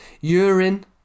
Urine